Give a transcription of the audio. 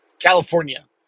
California